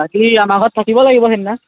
তুমি আমাৰ ঘৰত থাকিব লাগিব সেইদিনা